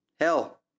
hell